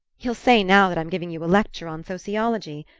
you'll say now that i'm giving you a lecture on sociology!